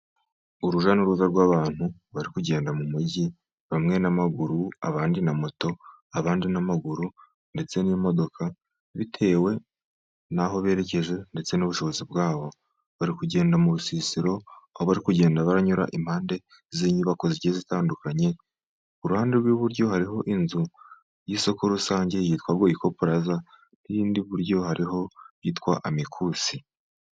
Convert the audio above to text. Urujya n'uruza rw'abantu bari kugenda mu mujyi bamwe n'amaguru, abandi na moto, abandi n'amaguru, ndetse n'imodoka, bitewe n'aho berekeje ndetse n'ubushobozi bwabo. Bari kugenda mu rusisiro aho bari kugenda baranyura impande y'inyubako zigiye zitandukanye. Ku ruhande rw'iburyo hariho inzu y'isoko rusange yitwa Goyiko puraza, n'indi iburyo ihari yitwa Amikusi.